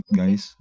guys